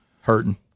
Hurting